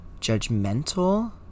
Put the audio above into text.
judgmental